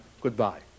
goodbye